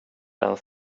ens